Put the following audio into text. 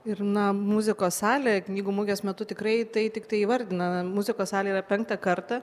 ir na muzikos salė knygų mugės metu tikrai tai tiktai įvardina muzikos salė yra penktą kartą